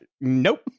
Nope